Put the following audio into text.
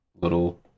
little